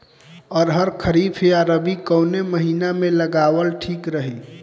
अरहर खरीफ या रबी कवने महीना में लगावल ठीक रही?